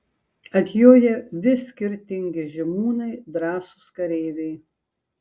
atjoja vis skirtingi žymūnai drąsūs kareiviai